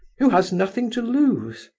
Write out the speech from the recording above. who has nothing to lose.